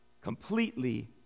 completely